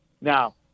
Now